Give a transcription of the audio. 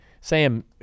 Sam